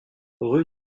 rue